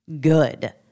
good